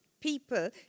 people